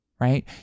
right